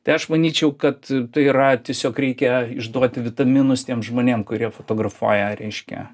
tai aš manyčiau kad tai yra tiesiog reikia išduoti vitaminus tiem žmonėm kurie fotografuoja reiškia